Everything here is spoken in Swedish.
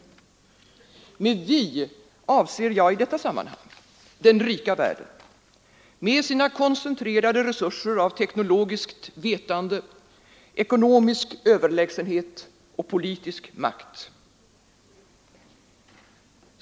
Med ”vi” avser jag i detta sammanhang den rika världen med sina koncentrerade resurser av teknologiskt vetande, ekonomisk överlägsenhet och politisk makt.